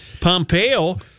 Pompeo